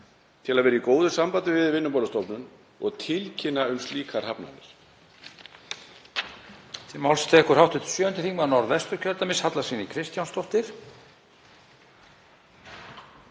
til að vera í góðu sambandi við Vinnumálastofnun og tilkynna um slíkar hafnanir.